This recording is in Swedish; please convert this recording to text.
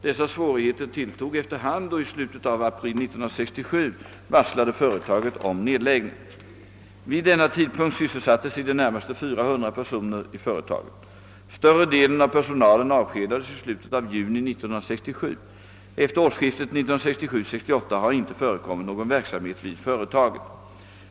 Dessa svårigheter tilltog efter hand och i slutet av april 1967 varslade företaget om nedläggning. Vid denna tidpunkt sysselsattes i det närmaste 400 personer i företaget. Större delen av personalen avskedades i slutet av juni 1967. Efter årsskiftet 1967—1968 har inte förekommit någon verksamhet vid företaget.